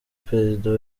perezida